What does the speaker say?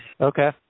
Okay